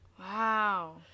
Wow